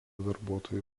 darbuotojų